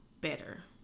better